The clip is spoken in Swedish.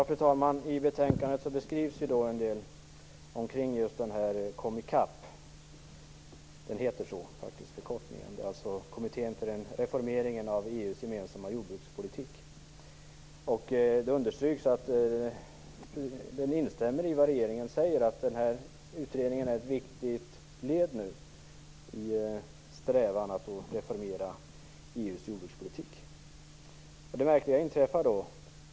Fru talman! I betänkandet skrivs en del om den s.k. Komi CAP, dvs. kommittén för reformeringen av EU:s gemensamma jordbrukspolitik. Regeringen säger att utredningen är ett viktigt led i strävan att reformera EU:s jordbrukspolitik.